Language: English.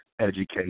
educate